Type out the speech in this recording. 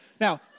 Now